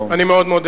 אני מאוד מודה.